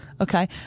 Okay